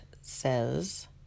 says